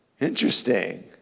Interesting